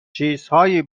چیزهایی